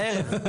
הערב.